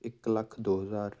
ਇੱਕ ਲੱਖ ਦੋ ਹਜ਼ਾਰ